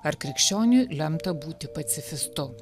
ar krikščioniui lemta būti pacifistu